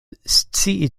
scii